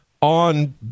on